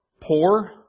Poor